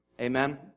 Amen